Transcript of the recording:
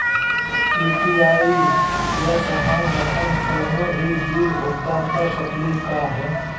UPI स हम अप्पन कोनो भी बिल भुगतान कर सकली का हे?